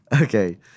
Okay